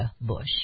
Bush